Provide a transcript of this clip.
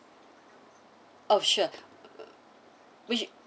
oh sure which